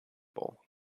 bowl